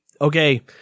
Okay